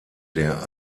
der